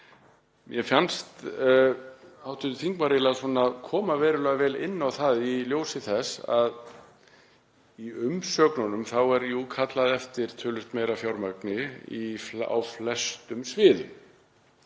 Mér fannst hv. þingmaður koma verulega vel inn á það í ljósi þess að í umsögnunum er jú kallað eftir töluvert meira fjármagni á flestum sviðum.